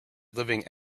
living